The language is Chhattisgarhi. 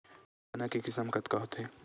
चना के किसम कतका होथे?